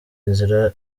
inzira